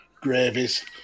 gravies